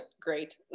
great